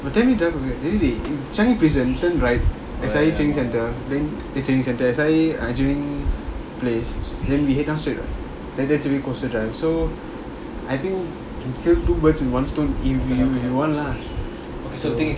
ten minute drive away really changi prison turn right S_I_E training center then the training center S_I_E training place then we head down straight what then that should be coastal drive so I think can kill two birds with one stone if we we want lah so